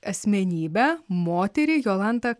asmenybę moterį jolanta